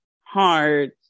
hard